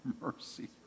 mercy